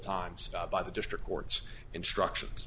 times by the district court's instructions